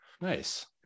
nice